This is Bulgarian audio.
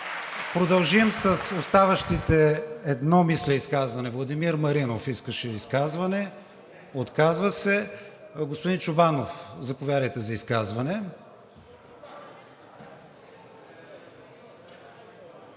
продължим с оставащото, едно мисля, изказване. Владимир Маринов искаше изказване? Отказва се . Господин Чобанов, заповядайте за изказване.